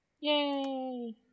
Yay